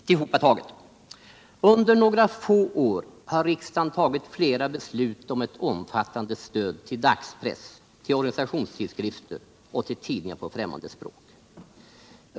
Sammanfattningsvis: Under några år har riksdagen tagit flera beslut om ett omfattande stöd till dagspress, organisationstidskrifter och tidningar på främmande språk.